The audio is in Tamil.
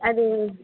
அது